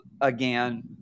again